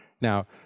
Now